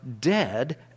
dead